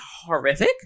horrific